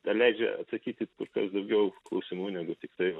ta leidžia atsakyti kur kas daugiau klausimų negu tiktai